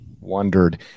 wondered –